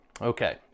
Okay